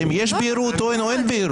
האם יש בהירות או אין בהירות.